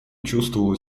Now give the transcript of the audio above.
чувствовала